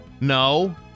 No